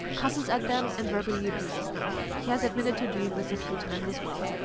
cusses at them and verbally abuses them. he has admitted to doing this a few times as well.